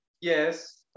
Yes